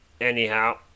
anyhow